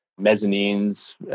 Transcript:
mezzanines